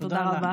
תודה רבה.